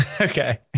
Okay